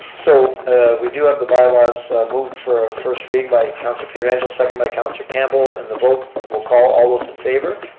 so we do have the bylaws moved for a first reading by councilor pietrangelo, seconded by councilor campbell. and the vote, we'll call. all those in favor?